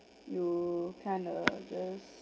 you kind of just